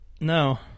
No